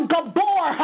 Gabor